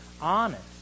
honest